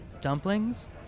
Dumplings